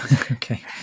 Okay